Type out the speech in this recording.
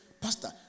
pastor